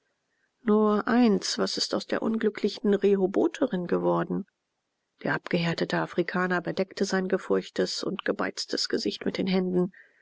nur eins was ist aus der unglücklichen rehobotherin geworden der abgehärtete afrikaner bedeckte sein gefurchtes und gebeiztes gesicht mit den händen